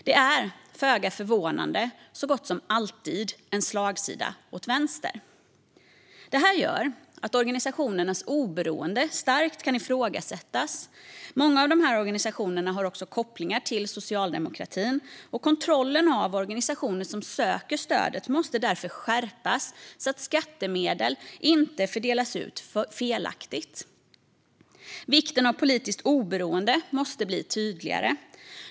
Det är, föga förvånande, så gott som alltid en slagsida åt vänster. Det här gör att organisationernas oberoende starkt kan ifrågasättas. Många av de här organisationerna har också kopplingar till socialdemokratin. Kontrollen av organisationer som söker stödet måste därför skärpas, så att skattemedel inte fördelas ut felaktigt. Vikten av politiskt oberoende måste bli tydligare.